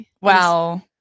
Wow